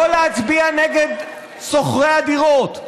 לא להצביע נגד שוכרי הדירות,